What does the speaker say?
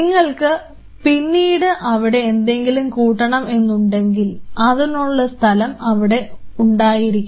നിങ്ങൾക്ക് പിന്നീട് അവിടെ എന്തെങ്കിലും കൂട്ടണം എന്നുണ്ടെങ്കിൽ അതിനുള്ള സ്ഥലം അവിടെ ഉണ്ടായിരിക്കണം